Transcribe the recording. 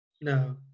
No